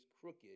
crooked